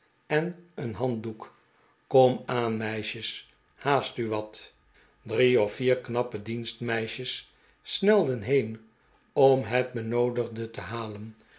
en een handdoek komaan meisjes haast u wat drie of vier knappe dienstmeisjes snelden heen om het benoodigde te halen